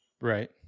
Right